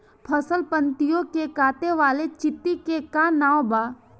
फसल पतियो के काटे वाले चिटि के का नाव बा?